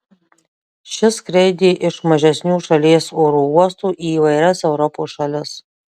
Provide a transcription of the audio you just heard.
ši skraidė iš mažesnių šalies oro uostų į įvairias europos šalis